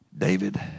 David